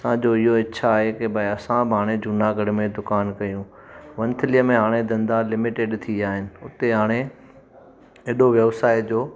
असांजो इयो ई इच्छा आए की भई असां हाणे जूनागढ़ में दुकानु कयूं वंथलीअ में हाणे धंधा लिमीटिड थी विया आहिनि उते हाणे एॾो व्यवसाए जो